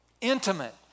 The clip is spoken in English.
intimate